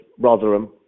Rotherham